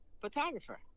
photographer